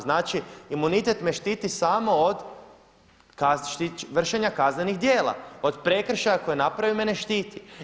Znači imunitet me štiti samo od vršenja kaznenih djela od prekršaja koje je napravio me ne štiti.